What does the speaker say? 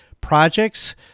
projects